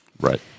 Right